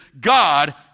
God